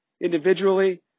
individually